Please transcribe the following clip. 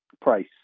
price